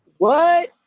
what!